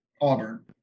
Auburn